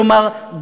כלומר,